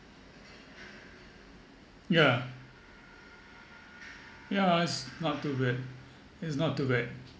yeah yeah it's not too good it's not too bad